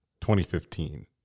2015